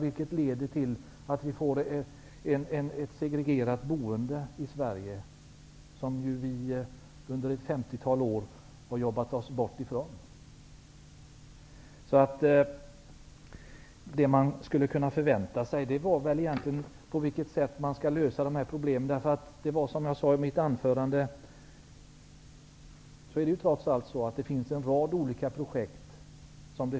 Det leder till att det blir ett segregerat boende i Sverige, vilket vi under ett femtiotal år har jobbat oss bort från. Hur skall dessa problem lösas? Det finns, som jag sade i mitt anförande, behov av att sätta i gång en rad olika projekt.